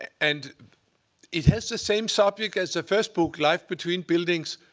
and it has the same subject as a first book, life between buildings.